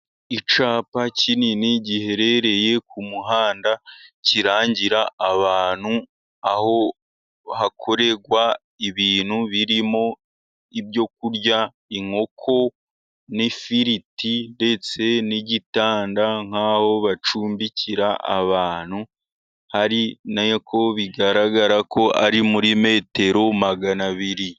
Icyapa kinini giherereye ku muhanda, kirangira abantu aho hakorerwa ibintu birimo ibyo kurya. Inkoko n'ifiriti, ndetse n'igitanda nk'aho bacumbikira abantu. Hari nuko bigaragara ko ari muri metero maganabiri.